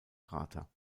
krater